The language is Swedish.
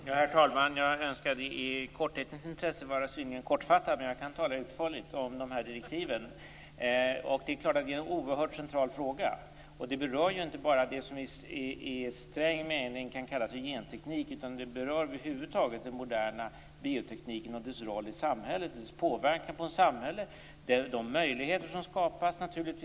Herr talman! Jag önskade i korthetens intresse vara synnerligen kortfattad, men jag kan tala utförligt om dessa direktiv. Detta är en oerhört central fråga, som inte bara berör det som i sträng mening kan kallas genteknik utan även den moderna biotekniken över huvud taget - dess roll i samhället, dess påverkan på samhället och de möjligheter som skapas på många sätt.